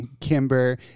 Kimber